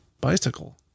bicycle